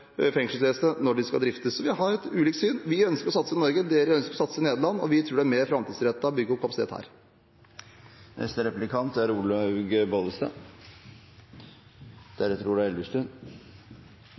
fengselsvesenet når det skal driftes. Vi har ulikt syn. Vi ønsker å satse i Norge, de ønsker å satse i Nederland. Vi tror det er mer framtidsrettet å bygge opp kapasitet her. Senterpartiet sier at de vil satse på integrering, og det er